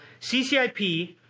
CCIP